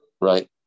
Right